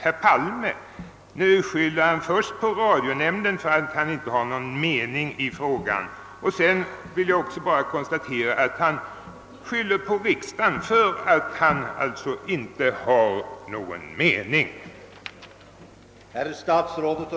Herr Palme skyller först på Radionämnden för att han inte har någon mening i den fråga det här gäller, och sedan skyller han på riksdagen för att han inte har detta.